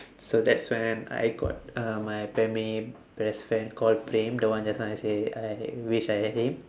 so that's when I got uh my primary best friend called praem the one just now I say I wished I had him